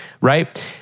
right